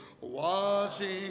watching